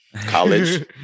College